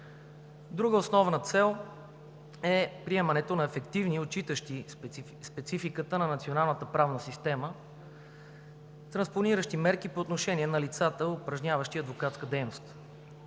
Друга основна цел е приемането на ефективни, отчитащи спецификата на националната правна система транспониращи мерки по отношение на лицата, упражняващи адвокатска дейност.